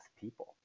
people